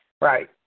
Right